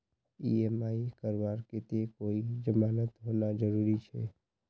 EMI करवार केते कोई जमानत होना जरूरी छे?